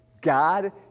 God